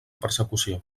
persecució